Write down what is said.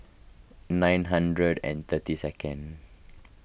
nine hundred and thirty second